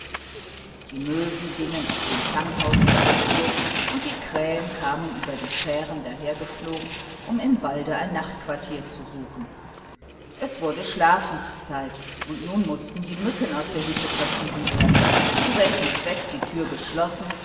die möwen gingen auf den tanghaufen zur ruhe und die krähen kamen über die schären dahergeflogen um im walde ein nachtquartier zu suchen es wurde schlafenszeit und nun mußten die mücken aus der hütte vertrieben werden zu welchem zweck die tür geschlossen